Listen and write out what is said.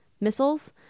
missiles